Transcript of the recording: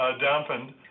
dampened